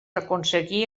aconseguí